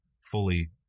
fully